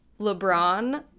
LeBron